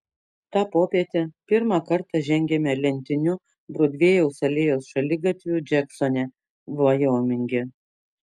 tą popietę pirmą kartą žengiame lentiniu brodvėjaus alėjos šaligatviu džeksone vajominge